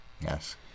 Yes